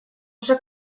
уже